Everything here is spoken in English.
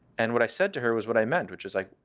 and what i said to her was what i meant, which is like,